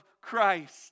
Christ